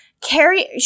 carrie